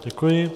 Děkuji.